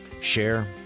share